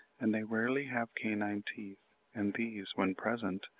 and they rarely have canine teeth and these, when present,